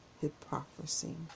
hypocrisy